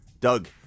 Doug